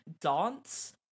dance